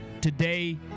today